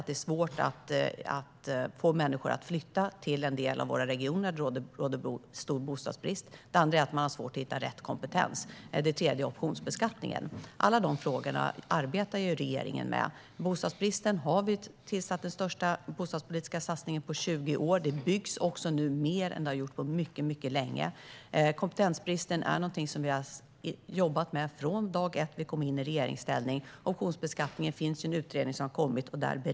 Det är svårt att få människor att flytta till de regioner där det råder stor bostadsbrist. Det andra är att det är svårt att hitta människor med rätt kompetens. Det tredje är optionsbeskattningen. Regeringen arbetar med alla de frågorna. När det gäller bostadsbristen har vi satt igång den största bostadspolitiska satsningen på 20 år. Det byggs mer nu än det har gjorts på mycket länge. När det gäller kompetensbristen har vi jobbat med det från dag ett sedan vi kom i regeringsställning. Och när det gäller optionsbeskattningen har det gjorts en utredning som nu har kommit med förslag.